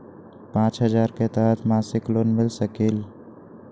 पाँच हजार के तहत मासिक लोन मिल सकील?